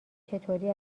چطوری